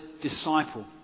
disciple